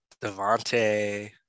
Devante